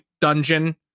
dungeon